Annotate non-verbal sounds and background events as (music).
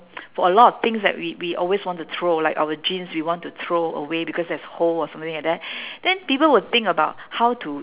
(noise) for a lot of things that we we always want to throw like our jeans we want to throw away because there's hole or something like that then people will think about how to